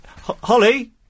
Holly